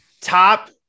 Top